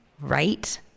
Right